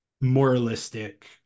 moralistic